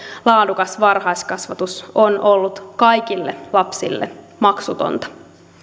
laadukas varhaiskasvatus on ollut kaikille lapsille maksutonta